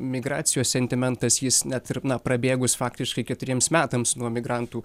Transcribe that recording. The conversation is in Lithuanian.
migracijos sentimentas jis net ir na prabėgus faktiškai keturiems metams nuo migrantų